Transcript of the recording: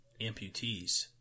amputees